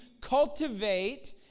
cultivate